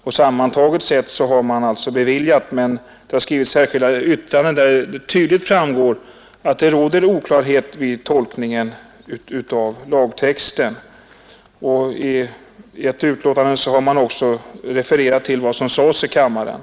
Ansökningarna har beviljats, men det har skrivits särskilda yttranden av vilka det tydligt framgår att det råder oklarhet om tolkningen av lagtexten. I ett fall har också refererats till vad som sades i riksdagen.